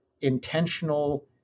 intentional